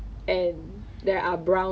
like you need your personal time also